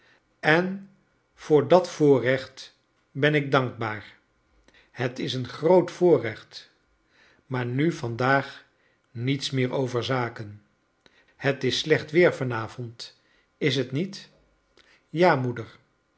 en voor dat voorrecht ben ik dank baar het is een groot voorrecht maar nu vandaag niets meer over zaken het is slecht weer van avond is t niet ja moeder